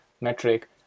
metric